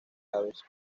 aves